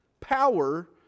Power